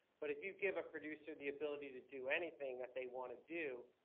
but if you give a producer the ability to do anything that they want to do,